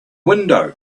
window